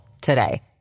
today